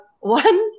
one